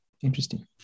Interesting